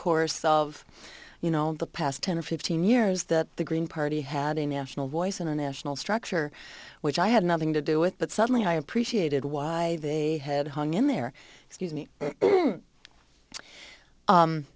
course of you know the past ten or fifteen years that the green party had a national voice and a national structure which i had nothing to do with but suddenly i appreciated why they had hung in there excuse me